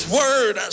word